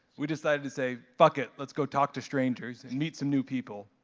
we decided to say, fuck it, let's go talk to strangers and meet some new people.